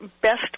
best